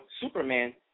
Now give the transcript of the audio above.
Superman